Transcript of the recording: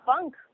funk